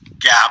gap